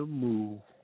move